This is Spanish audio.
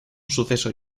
suceso